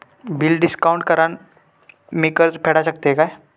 Bill discount करान मी कर्ज फेडा शकताय काय?